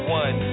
one